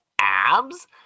abs